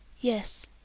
Yes